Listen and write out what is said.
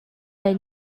they